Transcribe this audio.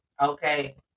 okay